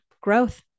growth